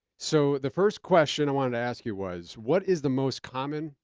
so, the first question i wanted to ask you was, what is the most common,